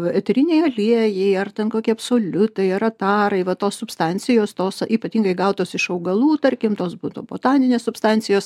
eteriniai aliejai ar ten kokie absoliutai yra tarai va tos substancijos tos ypatingai gautos iš augalų tarkim botaninės substancijos